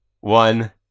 one